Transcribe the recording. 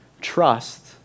trust